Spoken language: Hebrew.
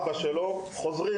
הניידת חיפשה אותו,